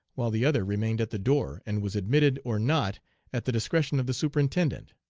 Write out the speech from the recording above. while the other remained at the door, and was admitted or not at the discretion of the superintendent.